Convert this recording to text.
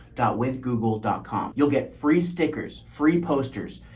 got with google dot com you'll get free stickers, free posters,